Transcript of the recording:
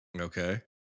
okay